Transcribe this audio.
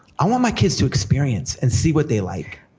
i want my kids to experience and see what they like.